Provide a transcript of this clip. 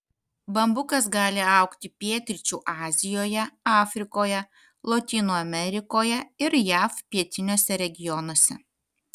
bambukas gali augti pietryčių azijoje afrikoje lotynų amerikoje ir jav pietiniuose regionuose